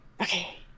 Okay